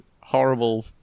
horrible